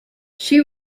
she